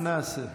מה נעשה?